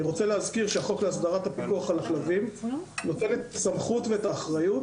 אני רוצה להזכיר שהחוק להסדרת הפיקוח על הכלבים נותן את הסמכות והאחריות